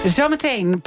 Zometeen